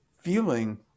feeling